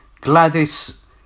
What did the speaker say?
Gladys